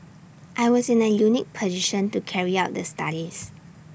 I was in A unique position to carry out the studies